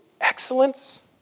excellence